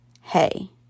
Hey